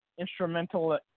instrumental